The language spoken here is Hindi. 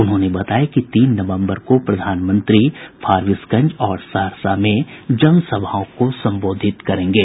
उन्होंने बताया कि तीन नवम्बर को प्रधानमंत्री फारबिसगंज और सहरसा में जन सभाओं को संबोधित करेंगे